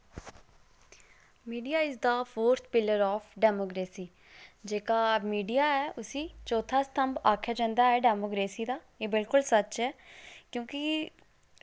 media is the fourth pillar of democracy जेह्का media ऐ उस्सी चौथा स्तम्भ आक्खेआ जंदा ऐ डैमोक्रेसी दा एह् बिल्कुल सच्च ऐ क्योंकि